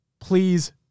Please